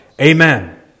Amen